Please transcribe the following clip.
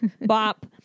Bop